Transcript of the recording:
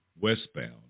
Westbound